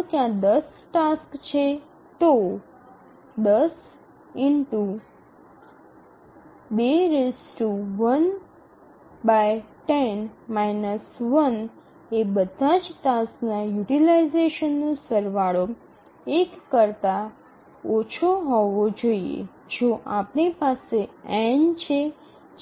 જો ત્યાં ૧0 ટાસક્સ છે તો 10 2 − 1 એ બધા જ ટાસક્સ ના યુટીલાઈઝેશન નો સરવાળો ૧ કરતાં ઓછો હોવો જોઈએ જો આપણી પાસે n છે